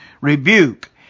rebuke